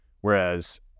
Whereas